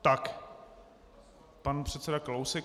Tak pan předseda Kalousek.